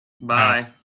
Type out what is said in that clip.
bye